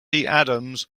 adams